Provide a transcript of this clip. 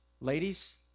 Ladies